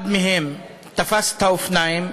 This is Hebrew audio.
אחד מהם תפס את האופניים,